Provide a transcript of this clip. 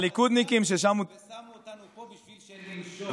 שנשב פה והם שמו אותנו פה כדי שנמשול.